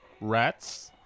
Rats